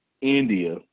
India